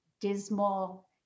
dismal